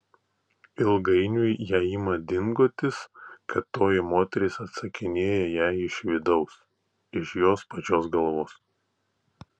ilgainiui jai ima dingotis kad toji moteris atsakinėja jai iš vidaus iš jos pačios galvos